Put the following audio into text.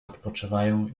odpoczywają